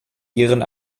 ihren